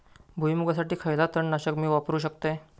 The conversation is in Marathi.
भुईमुगासाठी खयला तण नाशक मी वापरू शकतय?